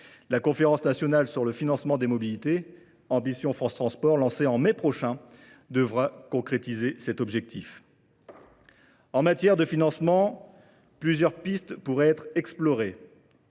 la Conférence nationale sur le financement des mobilités, ambition France Transport, lancée en mai prochain, devra concrétiser cet objectif. En matière de financement, plusieurs pistes pourraient être explorées.